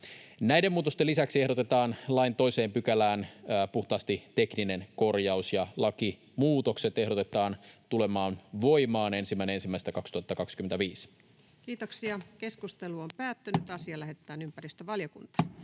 Näiden muutosten lisäksi ehdotetaan lain 2 §:ään puhtaasti tekninen korjaus, ja lakimuutokset ehdotetaan tulemaan voimaan 1.1.2025. Lähetekeskustelua varten esitellään päiväjärjestyksen